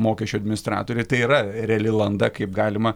mokesčių administratoriai tai yra reali landa kaip galima